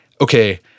okay